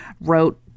wrote